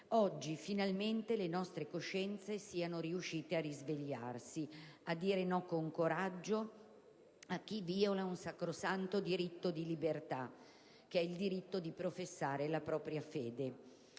oggi, finalmente, le nostre coscienze siano riuscite a risvegliarsi, a dire no con coraggio a chi viola un sacrosanto diritto di libertà: professare la propria fede.